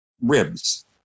ribs